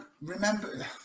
remember